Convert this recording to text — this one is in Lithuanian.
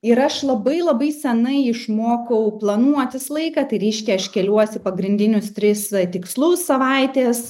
ir aš labai labai senai išmokau planuotis laiką tai reiškia aš keliuosi pagrindinius tris tikslus savaitės